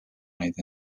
neid